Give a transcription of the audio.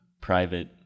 private